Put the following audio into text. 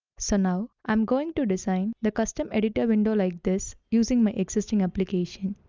so now i'm going to design the custom editor window like this using my existing application.